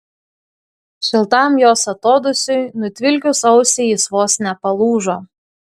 šiltam jos atodūsiui nutvilkius ausį jis vos nepalūžo